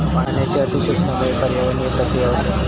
पाण्याच्या अती शोषणामुळा पर्यावरणीय प्रक्रिया होतत